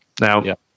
Now